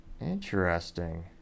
Interesting